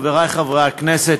חברי חברי הכנסת,